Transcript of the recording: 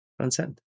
Transcend